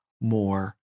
more